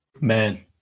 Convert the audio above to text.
man